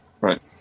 Right